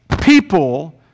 people